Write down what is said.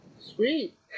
Sweet